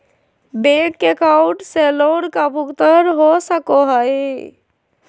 Bank account से loan का भुगतान हो सको हई?